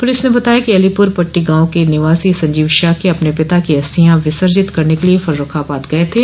police ने बताया कि अलीपुर पट्टी गांव के निवासी संजीव शाक्य अपने पिता की अस्थियां विसर्जित करने के लिये फर्र्रखाबाद गये थे